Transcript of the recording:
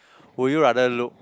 would you rather look